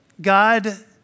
God